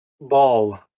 Ball